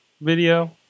video